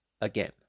again